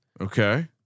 Okay